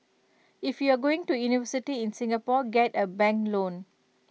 if you're going to university in Singapore get A bank loan